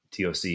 TOC